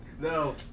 No